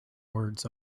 words